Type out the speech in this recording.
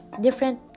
different